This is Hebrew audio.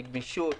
גמישות,